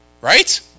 right